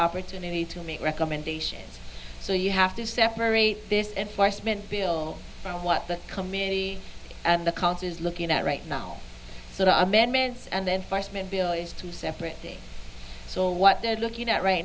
opportunity to make recommendations so you have to separate this enforcement bill from what the committee and the conses looking at right now so the amendments and then first man bill is to separate the so what they're looking at right